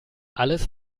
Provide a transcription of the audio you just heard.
alles